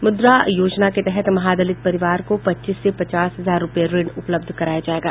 मुद्रा योजना के तहत महादलित परिवार को पच्चीस से पचास हजार रूपये ऋण उपलब्ध कराया जायेगा